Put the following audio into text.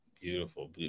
Beautiful